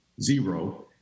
zero